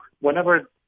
whenever